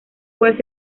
wells